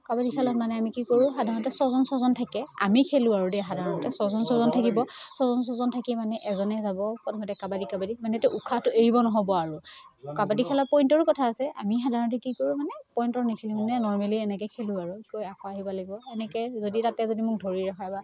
কাবাডী খেলত মানে আমি কি কৰোঁ সাধাৰণতে ছজন ছজন থাকে আমি খেলোঁ আৰু দেই সাধাৰণতে ছজন ছজন থাকিব ছজন ছজন থাকি মানে এজনেই যাব প্ৰথমতে কাবাডী কাবাডী মানে তো উশাহতো এৰিব নহ'ব আৰু কাবাডী খেলাৰ পইণ্টৰো কথা আছে আমি সাধাৰণতে কি কৰোঁ মানে পইণ্টত নেখেলোঁ ইনেই নৰমেলি খেলোঁ আৰু কৈ আকৌ আহিব লাগিব এনেকৈ যদি তাতে মোক ধৰি ৰখাই বা